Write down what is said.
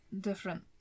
different